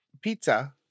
pizza